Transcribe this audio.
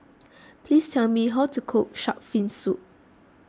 please tell me how to cook Shark's Fin Soup